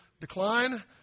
decline